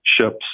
ships